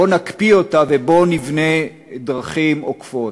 בואו נקפיא אותה ובואו נבנה דרכים עוקפות.